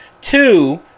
two